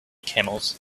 camels